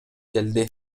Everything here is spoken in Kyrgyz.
келди